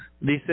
dice